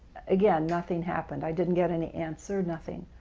again, nothing happened. i didn't get any answer, nothing.